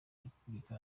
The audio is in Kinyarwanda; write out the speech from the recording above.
repubulika